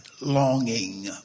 longing